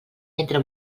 entra